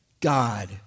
God